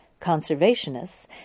conservationists